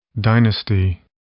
Dynasty